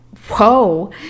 Whoa